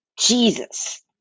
jesus